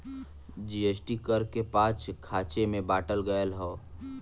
GST कर के पाँच खाँचे मे बाँटल गएल हौ